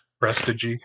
Prestige